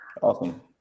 Awesome